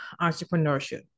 entrepreneurship